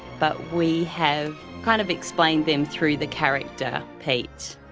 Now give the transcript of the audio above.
but we have kind of explained them through the character pete.